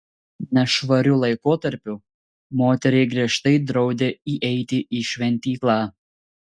nešvariu laikotarpiu moteriai griežtai draudė įeiti į šventyklą